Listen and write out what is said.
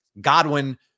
Godwin